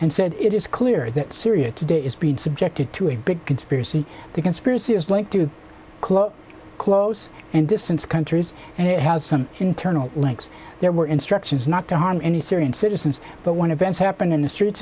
and said it is clear that syria today is being subjected to a big conspiracy the conspiracy is linked to close close and distance countries and it has some internal links there were instructions not to harm any syrian citizens but one of em's happened in the streets